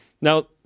Now